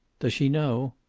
does she know?